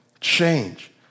change